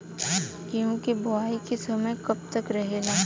गेहूँ के बुवाई के समय कब तक रहेला?